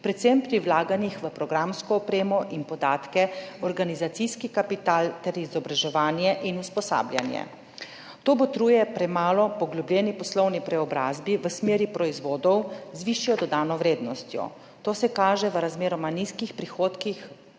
predvsem pri vlaganjih v programsko opremo in podatke, organizacijski kapital ter izobraževanje in usposabljanje. To botruje premalo poglobljeni poslovni preobrazbi v smeri proizvodov z višjo dodano vrednostjo. To se kaže v razmeroma nizkih prihodkih